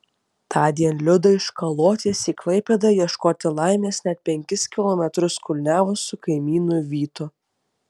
tądien liuda iš kalotės į klaipėdą ieškoti laimės net penkis kilometrus kulniavo su kaimynu vytu